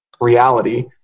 reality